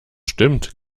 stimmt